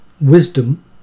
wisdom